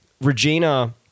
Regina